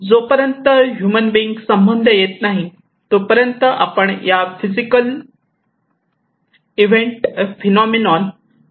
जोपर्यंत human being संबंध येत नाही तोपर्यंत आपण या फिजिकल इव्हेंट फेनॉमेन बद्दल काळजी करत नाही